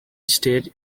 state